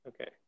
Okay